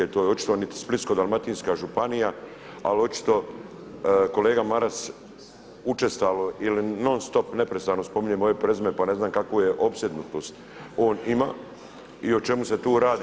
To je očito niti Splitsko-dalmatinska županija ali očito kolega Maras učestalo ili non-stop ili neprestano spominje moje prezime pa ne znam kakvu opsjednutost on ima i o čemu se tu radi.